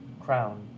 crown